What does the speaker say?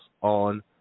on